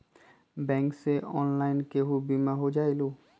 Bank से online केहु बिमा हो जाईलु?